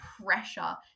pressure